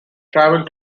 travel